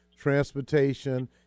transportation